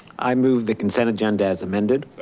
i move the consent agenda as amended.